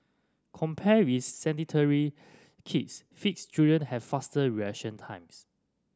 compared with sedentary kids fits children have faster reaction times